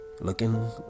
looking